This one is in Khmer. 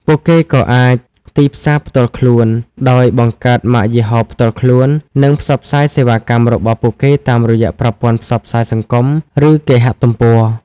ពួកគេក៏អាច ទីផ្សារផ្ទាល់ខ្លួន ដោយបង្កើតម៉ាកយីហោផ្ទាល់ខ្លួន និងផ្សព្វផ្សាយសេវាកម្មរបស់ពួកគេតាមរយៈប្រព័ន្ធផ្សព្វផ្សាយសង្គម ឬគេហទំព័រ។